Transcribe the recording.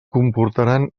comportaran